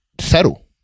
settle